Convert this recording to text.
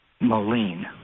Moline